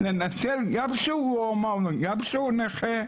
לנצל גם שהוא הומו וגם שהוא נכה.